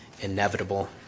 inevitable